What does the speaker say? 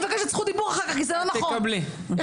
אני מבקשת את זכות הדיבור אחר-כך כי זה לא נכון.